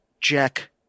Jack